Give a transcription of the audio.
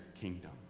kingdom